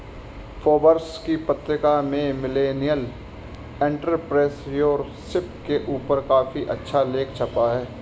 Forbes की पत्रिका में मिलेनियल एंटेरप्रेन्योरशिप के ऊपर काफी अच्छा लेख छपा है